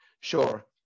sure